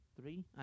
three